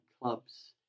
clubs